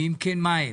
ואם כן, מהם,